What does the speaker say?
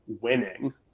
winning